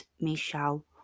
Michelle